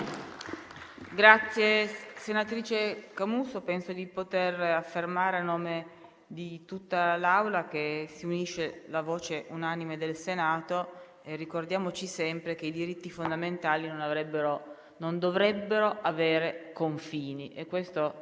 Senatrice Camusso, penso di poter affermare, a nome di tutta l'Assemblea, che a lei si unisce la voce unanime del Senato. Ricordiamoci sempre che i diritti fondamentali non dovrebbero avere confini.